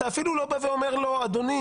אתה אפילו לא בא ואומר לו: אדוני